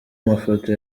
mafoto